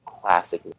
classic